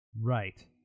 right